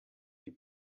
die